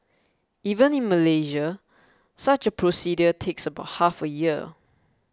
even in Malaysia such a procedure takes about half a year